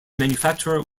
manufacturer